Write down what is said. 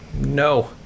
no